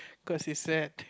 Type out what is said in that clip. cause it's sad